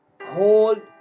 Hold